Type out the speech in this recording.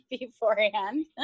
beforehand